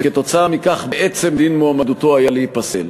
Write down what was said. וכתוצאה מכך בעצם דין מועמדותו היה להיפסל.